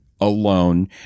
alone